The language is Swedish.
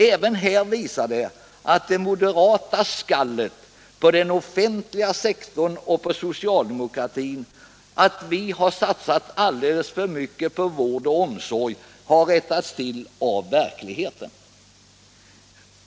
Även här visar sig det sig att det moderata skället på oss socialdemokrater för att vi skulle ha satsat alldeles för mycket på den offentliga sektorn har rättats till av verkligheten.